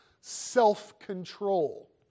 self-control